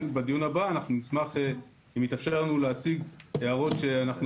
בדיון הבא אנחנו נשמח אם יתאפשר לנו להציג הערות שאנחנו